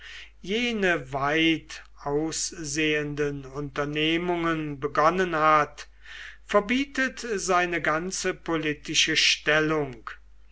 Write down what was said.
jene weit aussehenden unternehmungen begonnen hat verbietet seine ganze politische stellung